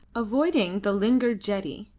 avoiding the lingard jetty,